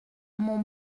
mon